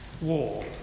war